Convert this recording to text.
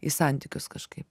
į santykius kažkaip